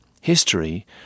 history